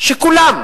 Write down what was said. שכולם